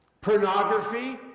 pornography